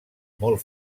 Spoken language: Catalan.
molt